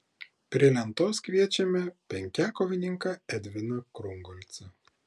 prie lentos kviečiame penkiakovininką edviną krungolcą